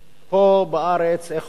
פה בארץ, איך אומרים,